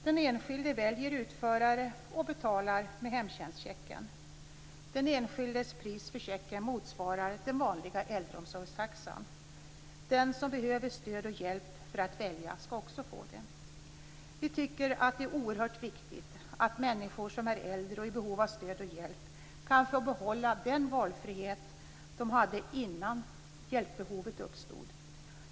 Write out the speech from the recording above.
Den enskilde väljer utförare och betalar med hemtjänstchecken. Den enskildes pris för checken motsvarar den vanliga äldreomsorgstaxan. Den som behöver stöd och hjälp för att välja skall också få det. Vi tycker att det är oerhört viktig att människor som är äldre och i behov av stöd och hjälp kan få behålla den valfrihet de hade innan hjälpbehovet uppstod.